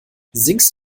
singst